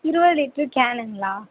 இருபது லிட்டரு கேனுங்களா